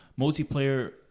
Multiplayer